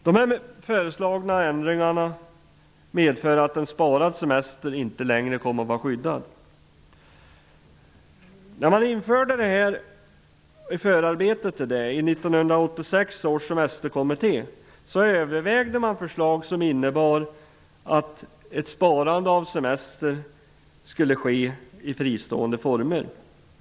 De här föreslagna ändringarna medför att sparad semester inte längre kommer att vara skyddad. När den rätten infördes, övervägde 1986 års semesterkommitté, framgår det av förarbetena, ett förslag om att sparande av semester skulle ske i fristående former.